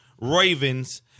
Ravens